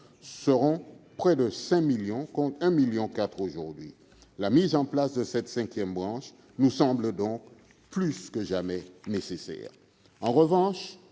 seront près de 5 millions, contre 1,4 million aujourd'hui ; la mise en place de cette cinquième branche nous semble donc plus que jamais nécessaire.